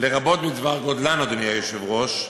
לרבות בדבר גודלן, אדוני היושב-ראש,